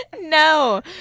No